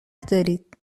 دارید